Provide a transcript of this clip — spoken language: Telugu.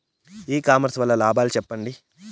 ఇ కామర్స్ వల్ల లాభాలు సెప్పండి?